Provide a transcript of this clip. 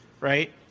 right